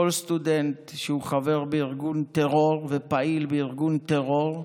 כל סטודנט שהוא חבר בארגון טרור ופעיל בארגון טרור,